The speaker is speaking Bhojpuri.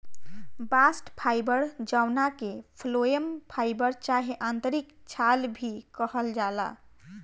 बास्ट फाइबर जवना के फ्लोएम फाइबर चाहे आंतरिक छाल भी कहल जाला